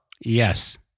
yes